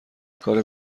کار